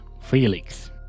Felix